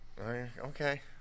Okay